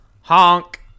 honk